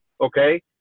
okay